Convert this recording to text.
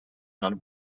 not